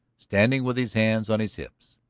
standing with his hands on his hips,